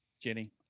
Jenny